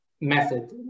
method